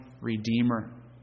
Redeemer